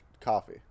coffee